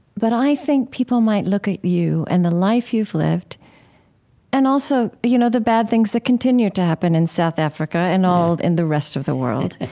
but i think people might look at you and the life you've lived and also, you know, the bad things that continue to happen in south africa and all the rest of the world,